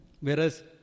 Whereas